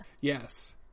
Yes